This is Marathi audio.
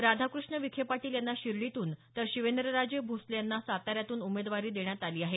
राधाकृष्ण विखे पाटील यांना शिर्डीतून तर शिवेंद्रराजे भोसले यांना साताऱ्यातून उमेदवारी देण्यात आली आहे